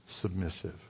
submissive